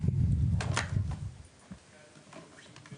ונתחדשה